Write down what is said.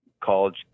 college